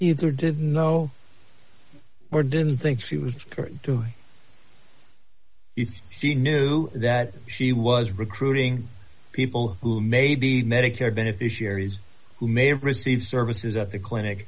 either didn't know or didn't think she was doing if she knew that she was recruiting people who may be medicare beneficiaries who may receive services at the clinic